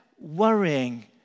worrying